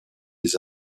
des